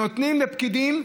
נותנים לפקידים,